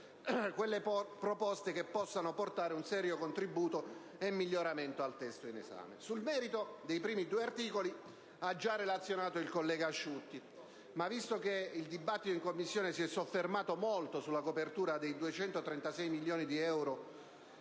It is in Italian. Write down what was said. quelle proposte che possano portare un serio contributo e miglioramento al testo in esame. Sul merito dei primi due articoli ha già relazionato il collega Asciutti, ma visto che il dibattito in Commissione si è soffermato molto sulla copertura dei 236 milioni di euro